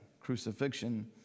crucifixion